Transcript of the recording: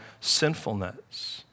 Sinfulness